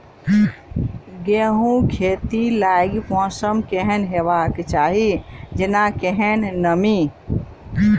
गेंहूँ खेती लागि मौसम केहन हेबाक चाहि जेना केहन नमी?